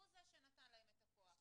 הוא זה שנתן להם את הכוח.